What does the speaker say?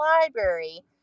library